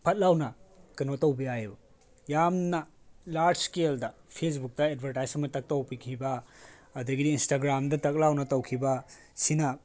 ꯐꯠ ꯂꯥꯎꯅ ꯀꯩꯅꯣ ꯇꯧꯕ ꯌꯥꯏꯕ ꯌꯥꯝꯅ ꯂꯥꯔꯖ ꯏꯁꯀꯦꯜꯗ ꯐꯦꯁꯕꯨꯛꯇ ꯑꯦꯗꯚꯔꯇꯥꯏꯖ ꯑꯃ ꯇꯛ ꯇꯧꯕꯤꯈꯤꯕ ꯑꯗꯒꯤꯗꯤ ꯏꯟꯁꯇꯥꯒ꯭ꯔꯥꯝꯗ ꯇꯛ ꯂꯥꯎꯅ ꯇꯧꯈꯤꯕ ꯁꯤꯅ